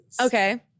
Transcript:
Okay